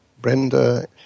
Brenda